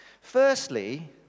Firstly